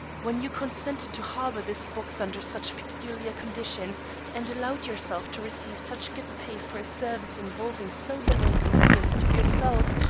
when you consented to harbor this box under such peculiar conditions and allowed yourself to receive such good pay for a service involving so little inconvenience to yourself,